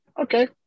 okay